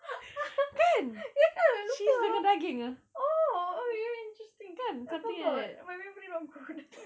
ye ke lupa ah oh okay interesting I forgot my memory not good